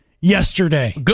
yesterday